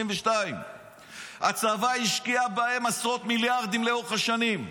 32. הצבא השקיע בהם עשרות מיליארדים לאורך השנים.